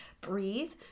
breathe